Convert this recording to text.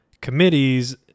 committees